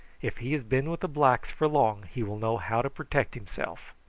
if he has been with the blacks for long he will know how to protect himself.